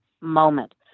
moment